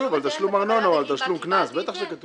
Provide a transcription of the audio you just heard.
אני לא כותבת בקבלה בגין מה